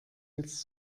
jetzt